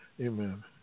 Amen